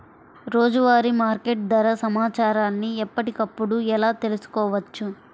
రోజువారీ మార్కెట్ ధర సమాచారాన్ని ఎప్పటికప్పుడు ఎలా తెలుసుకోవచ్చు?